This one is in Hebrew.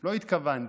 לא התכוונתי,